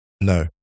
No